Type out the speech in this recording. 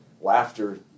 laughter